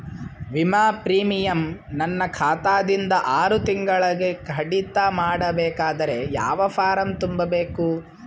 ವಿಮಾ ಪ್ರೀಮಿಯಂ ನನ್ನ ಖಾತಾ ದಿಂದ ಆರು ತಿಂಗಳಗೆ ಕಡಿತ ಮಾಡಬೇಕಾದರೆ ಯಾವ ಫಾರಂ ತುಂಬಬೇಕು?